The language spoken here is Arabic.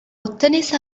التنس